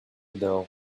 though